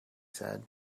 said